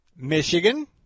Michigan